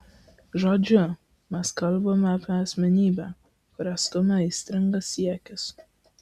žodžiu mes kalbame apie asmenybę kurią stumia aistringas siekis